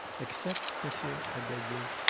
accept, monsieur, i beg you,